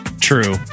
True